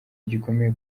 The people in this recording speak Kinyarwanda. gikomeye